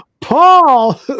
Paul